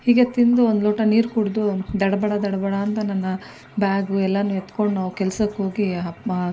ಹೀಗೆ ತಿಂದು ಒಂದು ಲೋಟ ನೀರು ಕುಡಿದು ದಡಬಡ ದಡಬಡ ಅಂತ ನನ್ನ ಬ್ಯಾಗು ಎಲ್ಲನೂ ಎತ್ಕೊಂಡು ನಾವು ಕೆಲಸಕ್ಕೋಗಿ